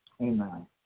Amen